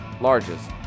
largest